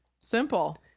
Simple